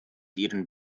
ihren